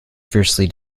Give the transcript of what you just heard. fiercely